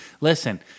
listen